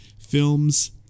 films